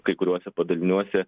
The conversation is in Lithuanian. kai kuriuose padaliniuose